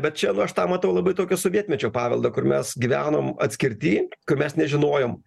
bet čia nu aš tą matau labai tokio sovietmečio paveldą kur mes gyvenom atskirty kur mes nežinojom